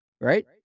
Right